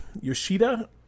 Yoshida